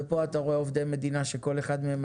ופה אתה רואה עובדי מדינה שכל אחד מהם